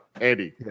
Andy